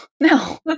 No